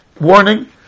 warning